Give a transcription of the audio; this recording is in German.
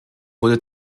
wurde